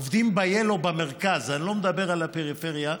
עובדים ב-Yellow במרכז, אני לא מדבר על הפריפריה,